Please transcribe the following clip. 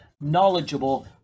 knowledgeable